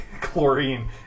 Chlorine